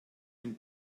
dem